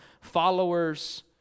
followers